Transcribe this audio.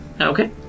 Okay